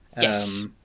Yes